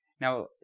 Now